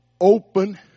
open